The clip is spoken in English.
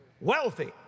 Wealthy